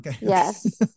Yes